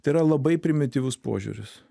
tai yra labai primityvus požiūris